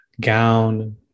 gown